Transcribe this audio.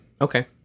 Okay